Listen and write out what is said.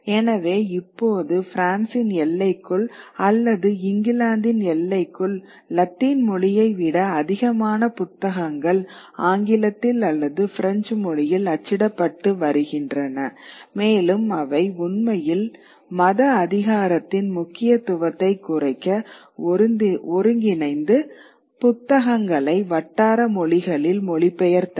எனவே இப்போது பிரான்சின் எல்லைக்குள் அல்லது இங்கிலாந்தின் எல்லைக்குள் லத்தீன் மொழியை விட அதிகமான புத்தகங்கள் ஆங்கிலத்தில் அல்லது பிரெஞ்சு மொழியில் அச்சிடப்பட்டு வருகின்றன மேலும் அவை உண்மையில் மத அதிகாரத்தின் முக்கியத்துவத்தை குறைக்க ஒருங்கிணைந்து புத்தகங்களை வட்டார மொழிகளில் மொழிபெயர்த்தனர்